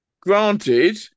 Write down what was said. Granted